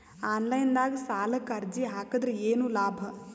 Online ನಾಗ್ ಸಾಲಕ್ ಅರ್ಜಿ ಹಾಕದ್ರ ಏನು ಲಾಭ?